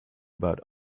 about